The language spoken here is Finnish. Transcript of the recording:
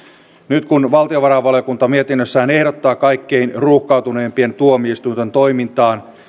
nyt kun valtiovarainvaliokunta mietinnössään ehdottaa kaikkein ruuhkautuneimpien tuomioistuinten toimintaan